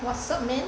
what's up man